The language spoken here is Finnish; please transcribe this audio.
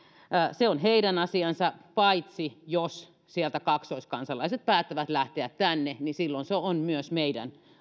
se on heidän asiansa paitsi jos sieltä kaksoiskansalaiset päättävät lähteä tänne silloin se on on myös meidän